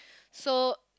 so